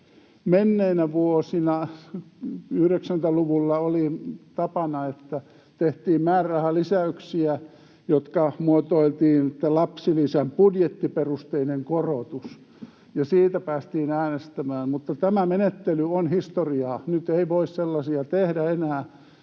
Menneinä vuosina 90-luvulla oli tapana, että tehtiin määrärahalisäyksiä, jotka muotoiltiin niin, että ”lapsilisän budjettiperusteinen korotus”, ja siitä päästiin äänestämään, mutta tämä menettely on historiaa. Nyt ei voi sellaisia tehdä enää.